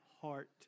heart